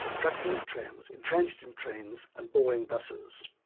truculent trams, intransigent trains and boring buses.